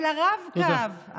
אבל הרב-קו,